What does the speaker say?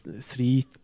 three